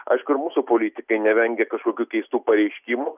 aišku ir mūsų politikai nevengia kažkokių keistų pareiškimų